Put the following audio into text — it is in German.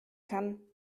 kann